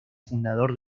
fundador